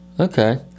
Okay